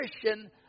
Christian